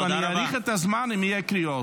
אני אאריך את הזמן אם יהיו קריאות.